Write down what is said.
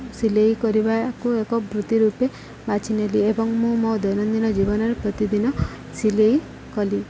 ସିଲେଇ କରିବାକୁ ଏକ ବୃତ୍ତି ରୂପେ ବାଛି ନେଲି ଏବଂ ମୁଁ ମୋ ଦୈନନ୍ଦିନ ଜୀବନରେ ପ୍ରତିଦିନ ସିଲେଇ କଲି